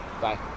Bye